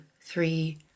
three